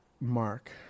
Mark